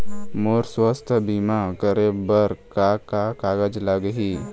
मोर स्वस्थ बीमा करे बर का का कागज लगही?